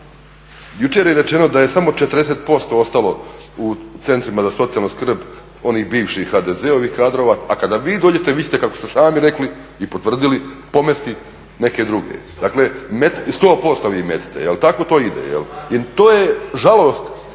Jučer je rečeno da je samo 40% ostalo u Centrima za socijalnu skrb onih bivših HDZ-ovih kadrova, a kada vi dođete, vi ćete kako ste sami rekli i potvrdili, pomesti neke druge. Dakle, 100% vi metete. Tako to ide. To je žalost